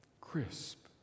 crisp